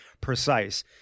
precise